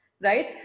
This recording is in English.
right